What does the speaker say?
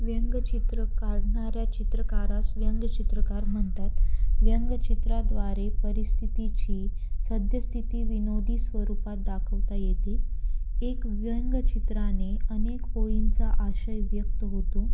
व्यंगचित्र काढणाऱ्या चित्रकारास व्यंगचित्रकार म्हणतात व्यंगचित्राद्वारे परिस्थितीची सध्यस्थिती विनोदी स्वरूपात दाखवता येते एक व्यंगचित्राने अनेक ओळींचा आशय व्यक्त होतो